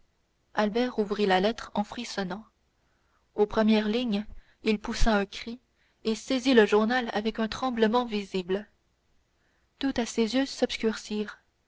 albert ouvrit la lettre en frissonnant aux premières lignes il poussa un cri et saisit le journal avec un tremblement visible tout à coup ses yeux s'obscurcirent